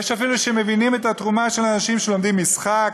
יש אפילו שמבינים את התרומה של אנשים שלומדים משחק,